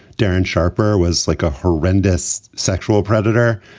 darren sharper was like a horrendous sexual predator.